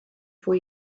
for